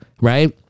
Right